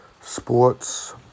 sports